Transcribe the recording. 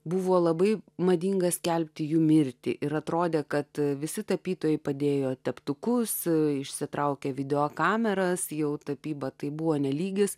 buvo labai madinga skelbti jų mirtį ir atrodė kad visi tapytojai padėjo teptukus išsitraukia videokameras jau tapyba tai buvo ne lygis